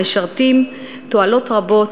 המשרתים תועלות רבות,